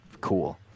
cool